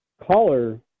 caller